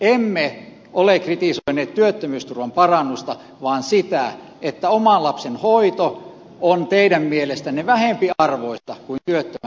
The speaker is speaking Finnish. emme ole kritisoineet työttömyysturvan parannusta vaan sitä että oman lapsen hoito on teidän mielestänne vähempiarvoista kuin työttömänä oleminen